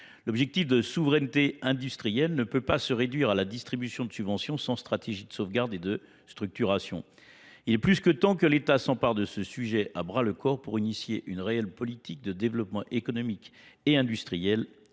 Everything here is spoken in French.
L'objectif de souveraineté industrielle ne peut pas se réduire à la distribution de subventions sans stratégie de sauvegarde et de structuration. Il est plus que temps que l'État s'empare de ce sujet à bras le corps pour initier une réelle politique de développement économique et industriel en